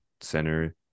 center